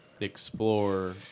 Explore